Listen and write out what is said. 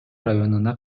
районуна